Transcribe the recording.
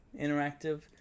Interactive